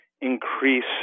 increase